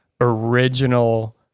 original